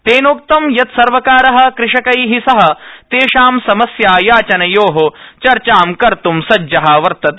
तेनोक्तं यत् सर्वकारः कृषकैः सह तेषां समस्या याचनयोः चर्चा कर्त् सज्जः अस्ति